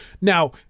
Now